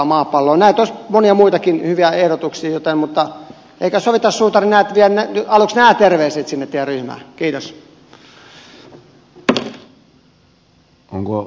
näitä olisi monia muitakin hyviä ehdotuksia mutta eiköhän sovita suutari että viet aluksi nämä terveiset sinne teidän ryhmään